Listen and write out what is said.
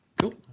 Cool